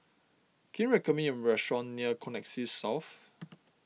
can you recommend me a restaurant near Connexis South